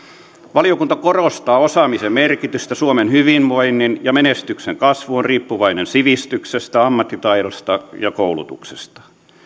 valiokunta korostaa osaamisen merkitystä suomen hyvinvoinnin ja menestyksen kasvu on riippuvainen sivistyksestä ammattitaidosta ja koulutuksesta